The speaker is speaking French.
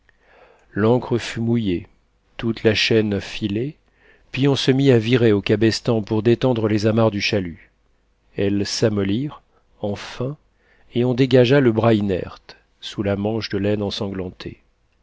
l'ancre fut mouillée toute la chaîne filée puis on se mit à virer au cabestan pour détendre les amarres du chalut elles s'amollirent enfin et on dégagea le bras inerte sous la manche de laine ensanglantée